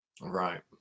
Right